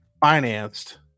financed